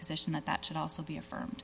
position that that should also be affirm